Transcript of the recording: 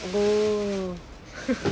!whoa!